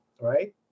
right